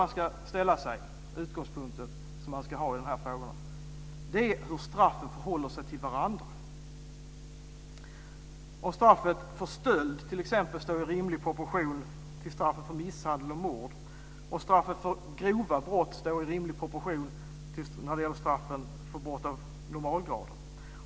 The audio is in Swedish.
Den andra utgångspunkten man ska ha i dessa frågor gäller hur straffen förhåller sig till varandra. Det gäller om straffet för stöld står i rimlig proportion till straffet för misshandel och mord. Det gäller om straffet för grova brott står i rimlig proportion till straffet för brott av normalgrad.